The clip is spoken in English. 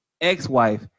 ex-wife